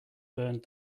burned